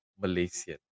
Malaysian